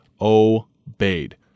obeyed